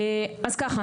אז ככה